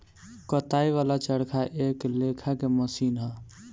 कताई वाला चरखा एक लेखा के मशीन ह